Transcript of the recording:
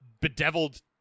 bedeviled